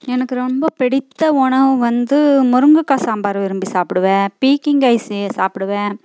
எனக்கு ரொம்ப பிடித்த உணவு வந்து முருங்கைக்கா சாம்பார் விரும்பி சாப்பிடுவேன் பீர்க்கங்காய் சாப்பிடுவேன்